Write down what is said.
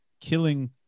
killing